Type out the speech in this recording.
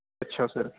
ਅੱਛਾ ਸਰ